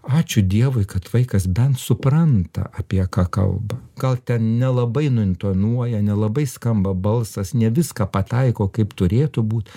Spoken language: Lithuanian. ačiū dievui kad vaikas bent supranta apie ką kalba gal ten nelabai nuintonuoja nelabai skamba balsas ne viską pataiko kaip turėtų būt